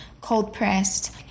cold-pressed